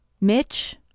Mitch